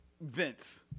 Vince